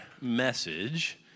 message